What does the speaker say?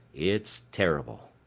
it's terrible.